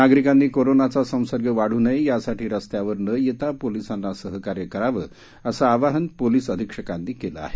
नागरिकांनी कोरोनाचा संसर्ग वाढू नये यासाठी रस्त्यावर न येता पोलिसांना सहकार्य करावं असं आवाहन पोलिस अधीक्षकानी केलं आहे